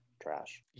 trash